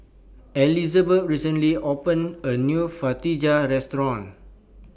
Elizabet recently opened A New Fajitas Restaurant